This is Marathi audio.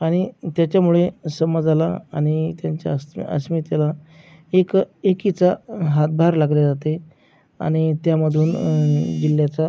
आणि त्याच्यामुळे समाजाला आणि त्यांच्या अस्मि अस्मितेला एक एकीचा हातभार लागले जाते आणि त्यामधून जिल्ह्याचा